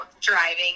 driving